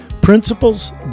Principles